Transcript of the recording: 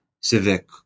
civic